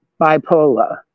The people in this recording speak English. bipolar